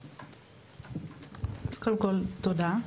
אז קודם כל תודה,